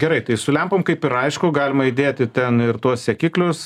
gerai tai su lempom kaip ir aišku galima įdėti ten ir tuos sekiklius